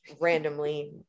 randomly